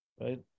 right